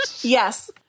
Yes